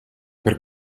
per